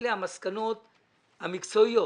אלה המסקנות המקצועיות.